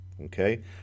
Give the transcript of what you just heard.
okay